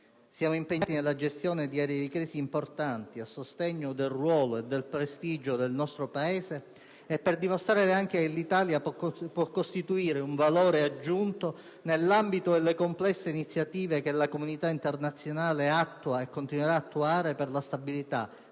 Siamo impegnati nella gestione di aree di crisi importanti a sostegno del ruolo e del prestigio del nostro Paese e per dimostrare anche che l'Italia può costituire un valore aggiunto nell'ambito delle complesse iniziative che la comunità internazionale attua e continuerà ad attuare per la stabilità,